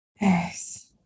yes